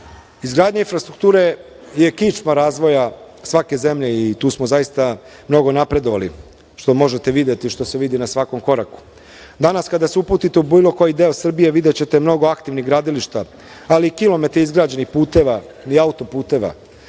Beogradu. Izgradnja infrastrukture je kičma razvoja svake zemlje i tu smo zaista mnogo napredovali, što možete videti i što se vidi na svakom koraku. Danas kada se uputite u bilo koji deo Srbije, videćete mnogo aktivnih gradilišta, ali i kilometre izgrađenih puteva i autoputeva.